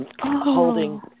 holding